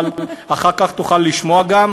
אבל אחר כך תוכל גם לשמוע.